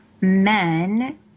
men